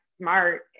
smart